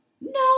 no